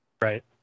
Right